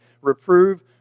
Reprove